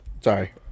Sorry